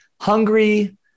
hungry